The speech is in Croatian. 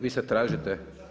Vi sada tražite?